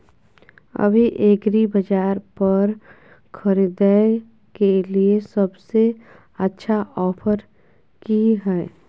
अभी एग्रीबाजार पर खरीदय के लिये सबसे अच्छा ऑफर की हय?